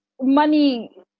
money